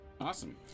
Awesome